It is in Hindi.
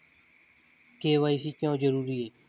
के.वाई.सी क्यों जरूरी है?